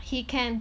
he can